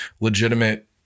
legitimate